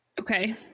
Okay